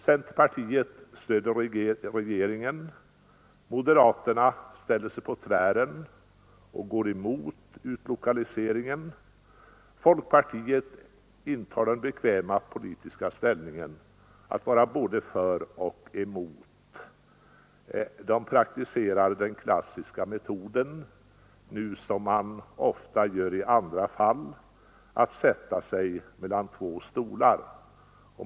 Centerpartiet stöder regeringen, moderaterna ställer sig på tvären och går emot utlokaliseringen och folkpartiet intar den bekväma politiska ställningen att vara både för och emot. De praktiserar den klassiska metoden, som man ofta gör även i andra fall, nämligen att sätta sig mellan två stolar.